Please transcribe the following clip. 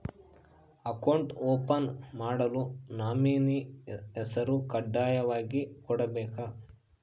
Account open ಮಾಡಲು nominee ಹೆಸರು ಕಡ್ಡಾಯವಾಗಿ ಕೊಡಬೇಕಾ?